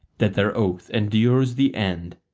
that their oath endures the end.